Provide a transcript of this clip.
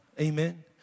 amen